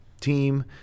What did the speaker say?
team